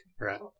Right